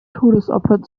todesopfer